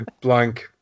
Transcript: blank